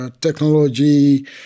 technology